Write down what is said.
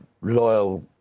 loyal